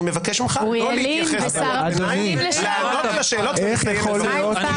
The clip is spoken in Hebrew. אני מבקש ממך לענות לשאלות ולסיים.